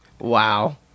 Wow